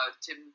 Tim